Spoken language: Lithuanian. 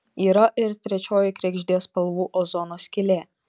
yra ir trečioji kregždės spalvų ozono skylė